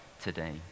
today